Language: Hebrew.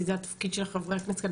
כי זה התפקיד של חברי הכנסת כאן,